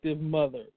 mother